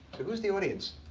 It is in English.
who's the audience?